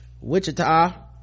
wichita